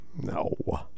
No